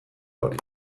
hori